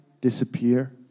disappear